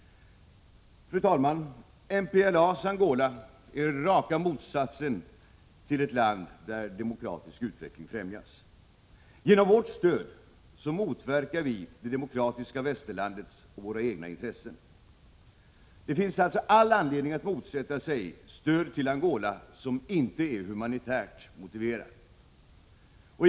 Fru talman! Det MPLA-styrda Angola är raka motsatsen till ett land där demokratisk utveckling främjas. Genom vårt stöd till kommunistregimen i Angola motverkar vi det demokratiska västerlandets och därmed våra egna intressen. Det finns alltså all anledning att motsätta sig det stöd till Angola som inte är humanitärt motiverat.